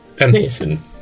amazing